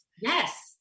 Yes